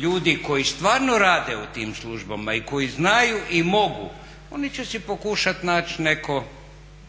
ljudi koji stvarno rade u tim službama i koji znaju i mogu oni će si pokušati naći